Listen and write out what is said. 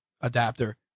adapter